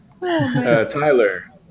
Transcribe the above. Tyler